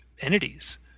entities